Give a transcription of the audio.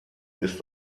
ist